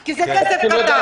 כי זה כסף קטן.